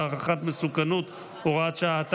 והערכת מסוכנות הוראת שעה),